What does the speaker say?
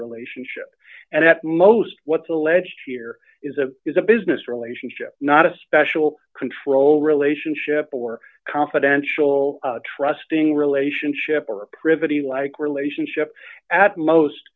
relationship and at most what's alleged here is a is a business relationship not a special control relationship or confidential trusting relationship or a pretty like relationship at most